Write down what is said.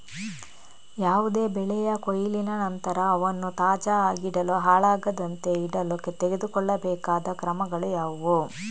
ಯಾವುದೇ ಬೆಳೆಯ ಕೊಯ್ಲಿನ ನಂತರ ಅವನ್ನು ತಾಜಾ ಆಗಿಡಲು, ಹಾಳಾಗದಂತೆ ಇಡಲು ತೆಗೆದುಕೊಳ್ಳಬೇಕಾದ ಕ್ರಮಗಳು ಯಾವುವು?